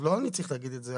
לא אני צריך להגיד את זה,